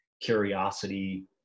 curiosity